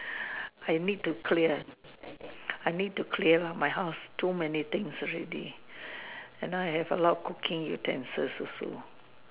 I need to clear I need to clear lor my house too many things already and now I have a lot of cooking utensils also